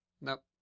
Nope